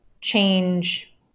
change